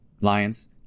Lions